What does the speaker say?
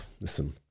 listen